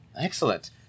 Excellent